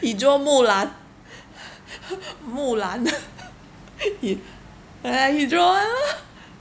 he draw mulan mulan he yeah he draw [one] orh